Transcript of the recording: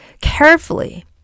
carefully